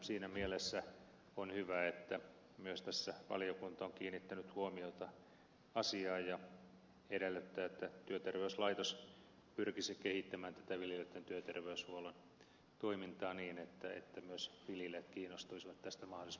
siinä mielessä on hyvä että myös tässä valiokunta on kiinnittänyt huomiota asiaan ja edellyttää että työterveyslaitos pyrkisi kehittämään tätä viljelijöiden työterveyshuollon toimintaa niin että myös tilille kiinnostui syytteistä maalis